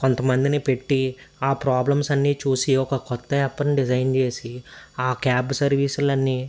కొంత మందిని పెట్టి ఆ ప్రాబ్లమ్స్ అన్నీ చూసి ఒక క్రొత్త యాప్ను డిజైన్ చేసి ఆ క్యాబ్ సర్వీసులన్నీ